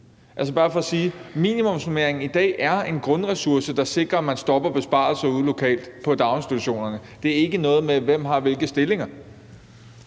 minimumsnormeringen i dag er en grundressource, der sikrer, at man stopper besparelser derude lokalt på daginstitutionerne. Det er ikke noget med, hvem der har hvilke stillinger.